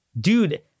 Dude